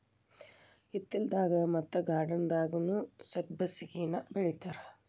ಹಿತ್ತಲದಾಗ ಮತ್ತ ಗಾರ್ಡನ್ದಾಗುನೂ ಸಬ್ಬಸಿಗೆನಾ ಬೆಳಿತಾರ